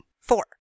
Four